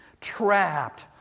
trapped